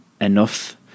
enough